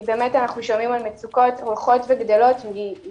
כי באמת אנחנו שומעים על מצוקות גדלות והולכות מההורים,